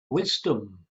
wisdom